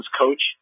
coach